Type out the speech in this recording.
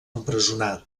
empresonat